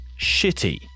shitty